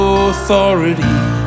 authority